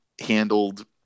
handled